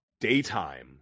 daytime